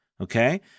Okay